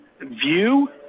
view